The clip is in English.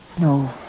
No